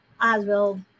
Oswald